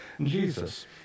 Jesus